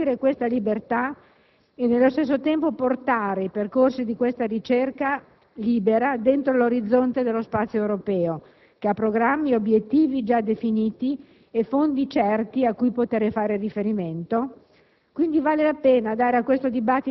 Ancora, come è possibile garantire questa libertà e nello stesso tempo portare i percorsi di questa ricerca libera dentro l'orizzonte dello spazio europeo, che ha programmi e obiettivi già definiti e fondi certi cui poter fare riferimento?